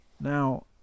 Now